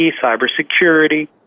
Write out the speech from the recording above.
cybersecurity